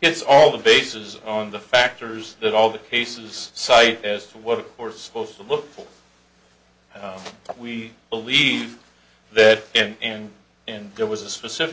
yes all the bases on the factors that all the cases cite as to what we're supposed to look for but we believe that in and there was a specific